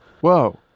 whoa